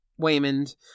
Waymond